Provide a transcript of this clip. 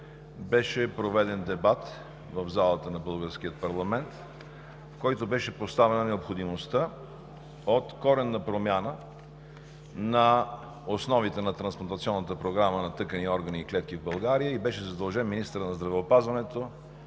беше проведен дебат в залата на български парламент, на който беше поставена необходимостта от коренна промяна на основите на трансплантационната програма на тъкани, органи и клетки в България и беше задължен министърът на здравеопазването